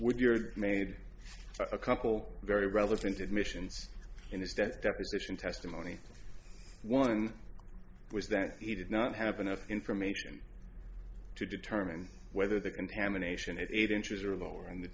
with your made a couple very relevant admissions in this death deposition testimony one was that he did not have enough information to determine whether the contamination eight inches or lower in the